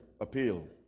appeal